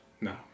No